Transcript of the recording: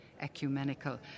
ecumenical